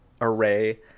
array